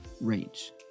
range